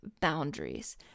boundaries